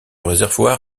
réservoir